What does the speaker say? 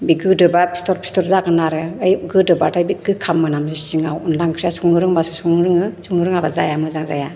बे गोदोबा फिथर फिथर जागोन आरो बै गोदोबाथाय बे गोखाम मोनामो सिङाव अनला ओंख्रिया संनो रोंबासो संनो रोङो संनो रोङाबा जाया मोजां जाया